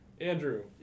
Andrew